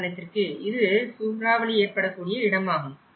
உதாரணத்திற்கு இது சூறாவளி ஏற்படக்கூடிய இடமாகும்